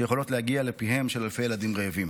שיכולות להגיע לפיהם של אלפי ילדים רעבים.